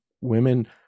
women